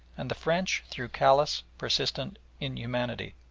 and the french through callous, persistent inhumanity.